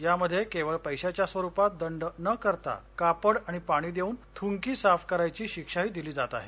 यामध्ये केवळ पैशाच्या स्वरुपात दंड न करता कापड आणि पाणी देवन थुंकी साफ करायची शिक्षाही दिली जात आहे